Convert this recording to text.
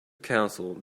council